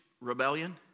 rebellion